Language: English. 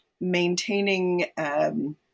maintaining